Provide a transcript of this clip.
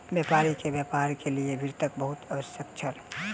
व्यापारी के व्यापार लेल वित्तक बहुत आवश्यकता छल